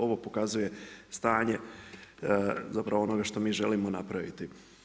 Ovo pokazuje stanje zapravo onoga što mi želimo napraviti.